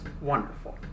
wonderful